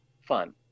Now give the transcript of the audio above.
fun